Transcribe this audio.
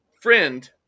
friend